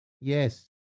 Yes